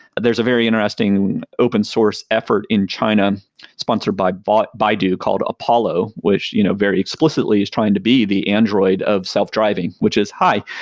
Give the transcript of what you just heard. there's a very interesting open source effort in china sponsored by but baidu called apollo, which you know very explicitly is trying to be the android of self-driving, which is high.